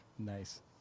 Nice